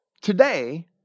Today